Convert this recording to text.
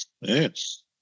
Yes